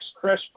Chris